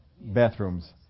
bathrooms